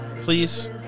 please